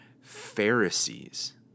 Pharisees